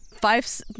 Five